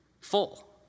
full